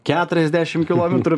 keturiasdešim kilometrų